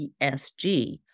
ESG